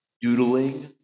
doodling